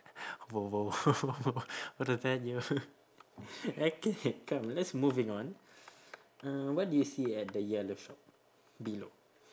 !woah! !woah! what a yo okay come let's moving on uh what do you see at the yellow shop below